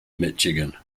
michigan